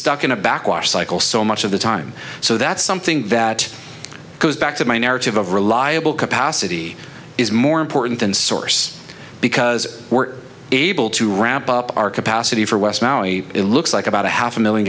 stuck in a backwash cycle so much of the time so that's something that goes back to my narrative of reliable capacity is more important than source because we're able to ramp up our capacity for west maui it looks like about a half a million